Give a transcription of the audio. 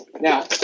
Now